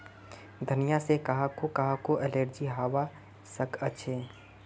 धनिया से काहको काहको एलर्जी हावा सकअछे